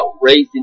raising